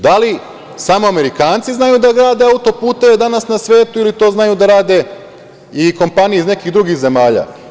Da li samo Amerikanci znaju da grade autoputeve danas na svetu ili to znaju da rade i kompanije iz nekih drugih zemalja?